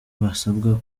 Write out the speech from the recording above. basabwa